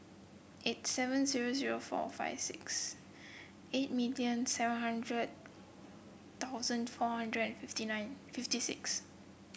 eight seven zero zero four five six eight million seven hundred thousand four hundred and fifty nine fifty six